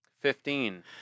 Fifteen